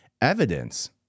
evidence